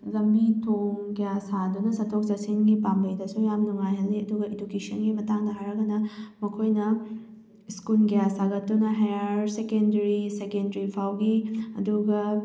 ꯂꯝꯕꯤ ꯊꯣꯡ ꯀꯌꯥ ꯁꯥꯗꯨꯅ ꯆꯠꯊꯣꯛ ꯆꯠꯁꯤꯟꯒꯤ ꯄꯥꯝꯕꯩꯗꯁꯨ ꯌꯥꯝꯅ ꯅꯨꯡꯉꯥꯏꯍꯜꯂꯤ ꯑꯗꯨꯒ ꯏꯗꯨꯀꯦꯁꯟꯒꯤ ꯃꯇꯥꯡꯗ ꯍꯥꯏꯔꯒꯅ ꯃꯈꯣꯏꯅ ꯁ꯭ꯀꯨꯜ ꯀꯌꯥ ꯁꯥꯒꯠꯇꯨꯅ ꯍꯥꯏꯌꯥꯔ ꯁꯦꯀꯦꯟꯗꯔꯤ ꯁꯦꯀꯦꯟꯗ꯭ꯔꯤ ꯐꯥꯎꯒꯤ ꯑꯗꯨꯒ